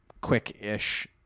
quick-ish